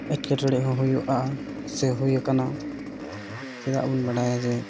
ᱮᱴᱠᱮᱴᱚᱬᱮ ᱦᱚᱸ ᱦᱩᱭᱩᱜᱼᱟ ᱥᱮ ᱦᱩᱭ ᱠᱟᱱᱟ ᱪᱮᱫᱟᱜ ᱵᱚᱱ ᱵᱟᱲᱟᱭᱟ ᱡᱮ